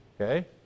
Okay